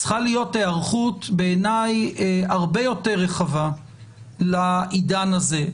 צריכה להיות היערכות בעיניי הרבה יותר רחבה לעידן הזה.